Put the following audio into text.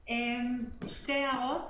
רשאי המנהל לשקול הן נסיבות שקשורות למפר